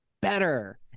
better